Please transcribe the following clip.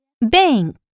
Bank